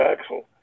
axle